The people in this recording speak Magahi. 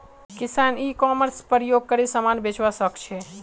किसान ई कॉमर्स प्रयोग करे समान बेचवा सकछे